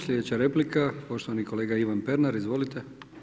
Sljedeća replika poštovani kolega Ivan Pernar, izvolite.